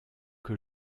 que